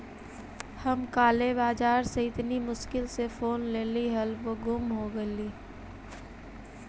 हम काले बाजार से इतनी मुश्किल से फोन लेली हल वो गुम हो गेलई